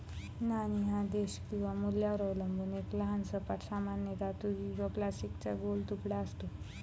नाणे हा देश किंवा मूल्यावर अवलंबून एक लहान सपाट, सामान्यतः धातू किंवा प्लास्टिकचा गोल तुकडा असतो